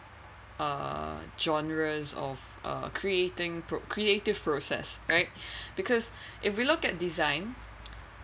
uh genres of uh creating pro~ creative process right because if we look at design